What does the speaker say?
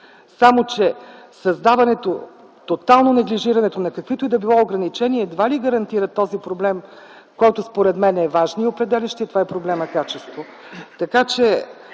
Само че тоталното неглижиране на каквито и да било ограничения едва ли гарантира този проблем, който, според мен, е важен и определящ. Това е проблемът качество.